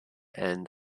end